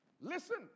Listen